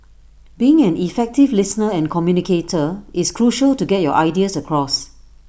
being an effective listener and communicator is crucial to get your ideas across